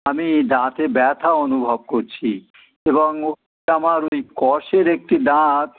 আমি এই দাঁতে ব্যথা অনুভব করছি এবং ওটা আমার ওই কসের একটি দাঁত